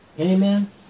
Amen